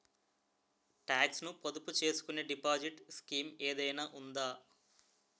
Talks ను పొదుపు చేసుకునే డిపాజిట్ స్కీం ఏదైనా ఉందా?